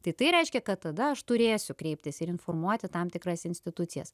tai tai reiškia kad tada aš turėsiu kreiptis ir informuoti tam tikras institucijas